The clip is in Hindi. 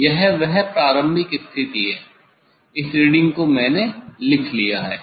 यह वह प्रारंभिक स्थिति है इस रीडिंग को मैंने लिख लिया है